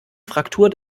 fraktur